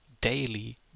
daily